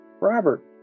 Robert